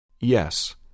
Yes